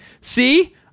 See